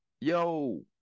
Yo